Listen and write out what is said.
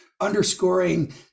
underscoring